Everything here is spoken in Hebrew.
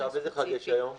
עכשיו איזה חג יש היום?